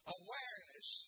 awareness